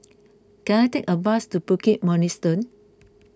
can I take a bus to Bukit Mugliston